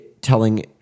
telling